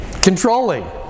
controlling